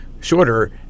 shorter